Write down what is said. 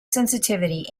sensitivity